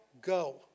Go